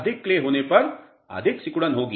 अधिक क्ले होने पर अधिक सिकुड़न होगी